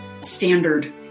standard